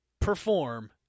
perform